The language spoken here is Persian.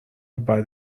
بعد